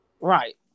Right